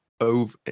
over